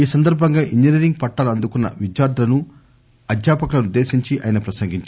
ఈ సందర్భంగా ఇంజినీరింగ్ పట్టాలు అందుకున్న విద్యార్థులను అధ్యాపకులను ఉద్దశించి ఆయన ప్రసంగించారు